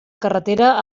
carretera